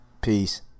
peace